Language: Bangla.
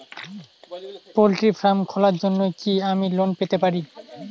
পোল্ট্রি ফার্ম খোলার জন্য কি আমি লোন পেতে পারি?